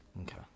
Okay